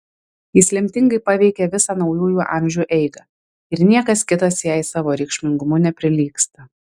jis lemtingai paveikė visą naujųjų amžių eigą ir niekas kitas jai savo reikšmingumu neprilygsta